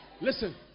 Listen